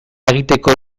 egiteko